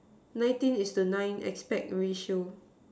nineteen is to nine aspect ratio